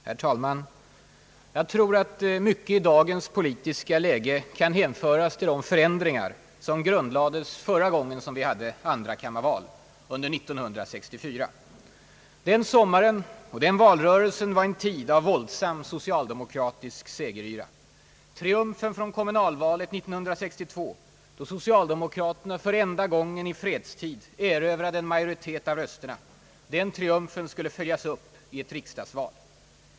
Herr talman! Jag tror att mycket i dagens politiska läge kan hänföras till de förändringar som grundlades förra gången vi hade andrakammarval, under 1964. Den sommaren och den valrörelsen var en tid av våldsam socialdemokratisk segeryra. Triumfen i kommunalvalet 1962, då socialdemokraterna enda gången i fredstid erövrade en majoritet av rösterna, skulle följas upp i ett riksdagsval.